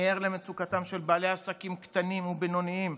אני ער למצוקתם של בעלי עסקים קטנים ובינוניים.